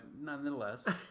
nonetheless